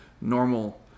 normal